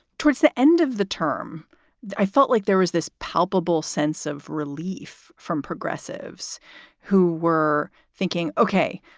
towards the end of the term i felt like there was this palpable sense of relief from progressives who were thinking, ok,